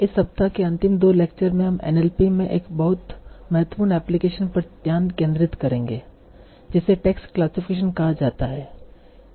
इस सप्ताह के अंतिम दो लेक्चर में हम NLP में एक बहुत महत्वपूर्ण एप्लीकेशन पर ध्यान केंद्रित करेंगे जिसे टेक्स्ट क्लासिफिकेशन कहा जाता है